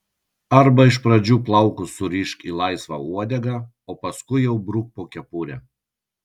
arba iš pradžių plaukus surišk į laisvą uodegą o paskui jau bruk po kepure